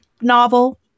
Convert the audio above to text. novel